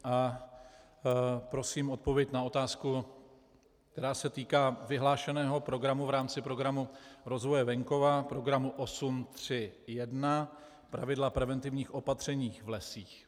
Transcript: A prosím o odpověď na otázku, která se týká vyhlášeného programu v rámci Programu rozvoje venkova, programu 831, pravidla preventivních opatření v lesích.